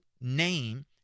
name